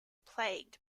plagued